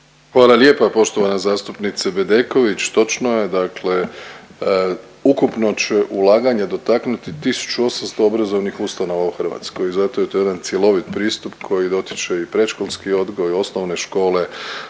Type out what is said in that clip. Hvala lijepa poštovana zastupnice Bedeković. Točno je dakle ukupno će ulaganja dotaknuti 1.800 obrazovnih ustanova u Hrvatskoj i zato je to jedan cjelovit pristup koji dotiče i predškolski odgoj i osnovne škole,